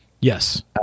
Yes